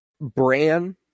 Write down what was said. bran